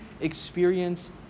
experience